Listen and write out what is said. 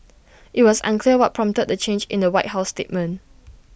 IT was unclear what prompted the change in the white house statement